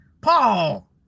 Paul